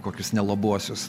kokius nelabuosius